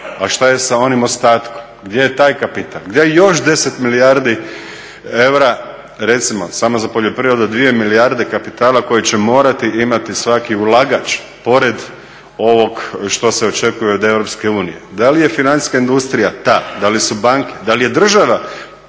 a šta je sa onim ostatkom gdje je taj kapital, gdje je još 10 milijardi eura recimo samo za poljoprivredu 12 milijarde kapitala koje će morati imati svaki ulagač pored ovog što se očekuje od EU. Da li je financijska industrija ta, da li su banke, da li je država